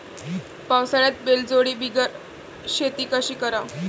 पावसाळ्यात बैलजोडी बिगर शेती कशी कराव?